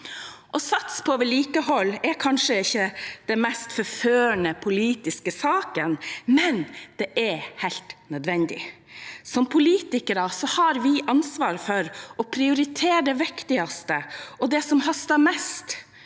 Å satse på vedlikehold er kanskje ikke den mest forførende politiske saken, men det er helt nødvendig. Som politikere har vi ansvar for å prioritere det viktigste og det som haster mest,